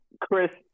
Chris